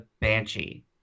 Banshee